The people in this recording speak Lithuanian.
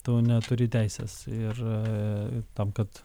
tu neturi teisės ir tam kad